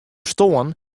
stoarn